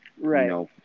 right